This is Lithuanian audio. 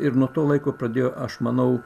ir nuo to laiko pradėjo aš manau